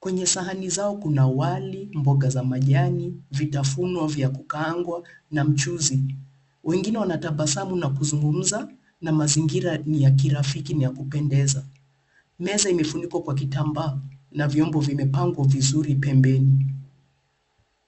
Kwenye sahani zao kuna wali, mboga za majani, vitafunwa vya kukaangwa, na mchuzi. Wengine wanatabasamu na kuzungumza, na mazingira ni ya kirafiki na ya kupendeza. Meza imefunikwa kwa kitamba, na vyombo vimepangwa vizuri pembeni.